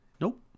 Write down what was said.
Nope